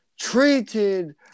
treated